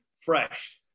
fresh